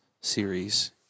series